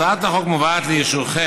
הצעת החוק מובאת לאישורכם,